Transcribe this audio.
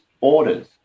orders